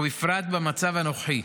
ובפרט במצב הנוכחי,